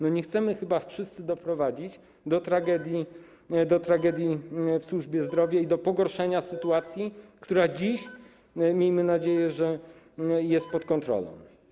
Nie chcemy chyba wszyscy doprowadzić do tragedii w służbie zdrowia i do pogorszenia sytuacji, która dziś, miejmy nadzieję, jest pod kontrolą.